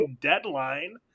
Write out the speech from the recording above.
deadline